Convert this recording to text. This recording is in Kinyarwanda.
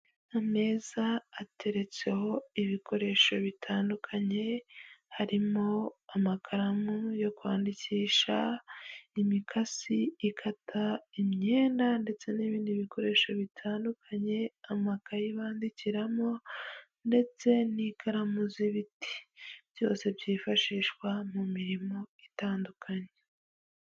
Ameza atetseho ibikoresho bitandukanye, harimo amakaramu yo kwandikisha, imikasi ikata imyenda ndetse n'ibindi bikoresho bitandukanye, amakayi bandikiramo ndetse n'ikaramu z'ibiti, byose byifashishwa mu mirimo itandukanye.